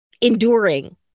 enduring